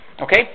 Okay